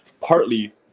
partly